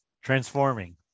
transforming